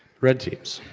red teams.